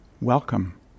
welcome